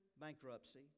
bankruptcy